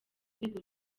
rwego